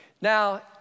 Now